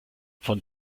von